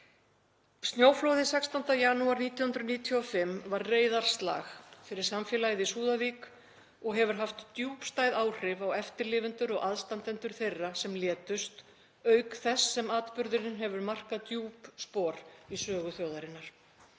Snjóflóðið 16. janúar 1995 var reiðarslag fyrir samfélagið í Súðavík og hefur haft djúpstæð áhrif á eftirlifendur og aðstandendur þeirra sem létust auk þess sem atburðurinn hefur markað djúp spor í sögu þjóðarinnar.